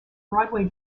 broadway